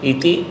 Iti